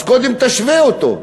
אז קודם תשווה אותו,